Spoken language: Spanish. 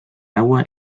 agua